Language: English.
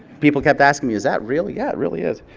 people kept asking me, is that real? yeah, it really is.